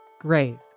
grave